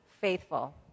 faithful